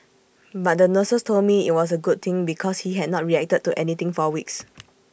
but the nurses told me IT was A good thing because he had not reacted to anything for weeks